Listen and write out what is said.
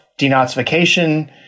denazification